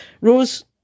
Rose